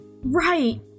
Right